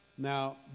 Now